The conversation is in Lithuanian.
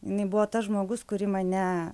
inai buvo tas žmogus kuri mane